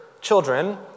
children